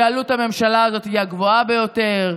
שעלות הממשלה הזאת היא הגבוהה ביותר,